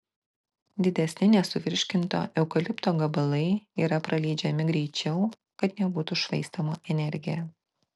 didesni nesuvirškinto eukalipto gabalai yra praleidžiami greičiau kad nebūtų švaistoma energija